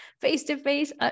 face-to-face